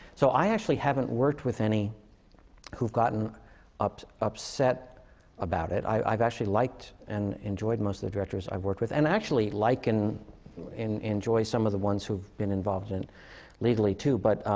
so, i actually haven't worked with any who've gotten up upset about it. i i've actually liked and enjoyed most of the directors i've worked with. and actually, like and en enjoy some of the ones who've been involved and legally, too. but